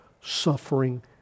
suffering